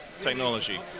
technology